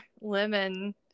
lemon